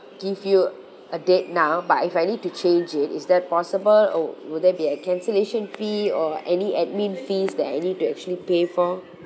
give you a date now but if I need to change it is that possible or would there be a cancellation fee or any admin fees that I need to actually pay for